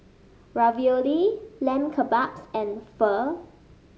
Ravioli Lamb Kebabs and Pho